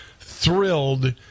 thrilled